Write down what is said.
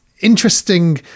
interesting